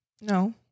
No